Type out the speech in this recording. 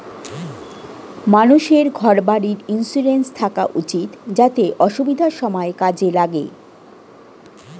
মানুষের ঘর বাড়ির ইন্সুরেন্স থাকা উচিত যাতে অসুবিধার সময়ে কাজে লাগে